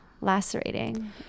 lacerating